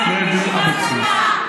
זה התפרסם,